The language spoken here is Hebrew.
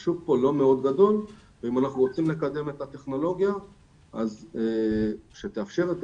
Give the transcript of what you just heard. השוק פה לא מאוד גדול ואם אנחנו רוצים לקדם את הטכנולוגיה שתאפשר את